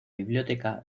biblioteca